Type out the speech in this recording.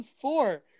four